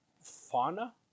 fauna